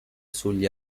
sugli